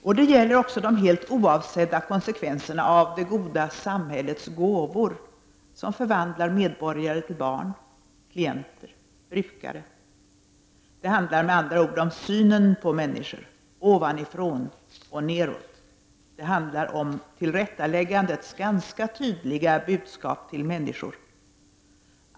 Och det gäller också de helt oavsedda konsekvenserna av det goda samhällets ”gåvor”, som förvandlar medborgare till barn, klienter, "brukare". Det handlar med andra ord om synen på människor — ovanifrån och neråt. Det handlar om tillrättaläggandets ganska tydliga budskap till människor.